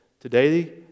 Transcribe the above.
Today